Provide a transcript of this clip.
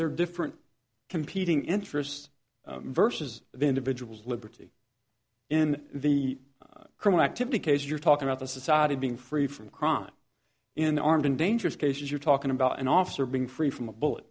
they're different competing interests versus the individual liberty in the criminal activity case you're talking about the society being free from crime in armed and dangerous cases you're talking about an officer being free from a bullet